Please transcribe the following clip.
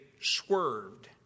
swerved